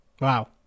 Wow